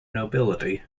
nobility